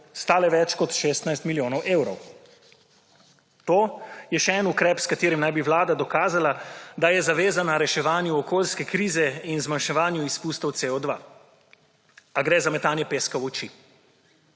stale več kot 16 milijonov evrov. To je še en ukrep s katerim naj bi Vlada dokazala, da je zavezana reševanju okoljske krize in zmanjševanju izpustov CO2. A gre za metanje peska v oči.